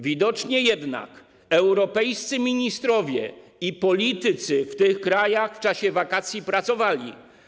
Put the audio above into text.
Widocznie jednak europejscy ministrowie i politycy w tych krajach w czasie wakacji pracowali.